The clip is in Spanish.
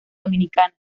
dominicana